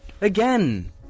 Again